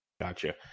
Gotcha